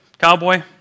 cowboy